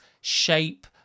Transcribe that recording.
shape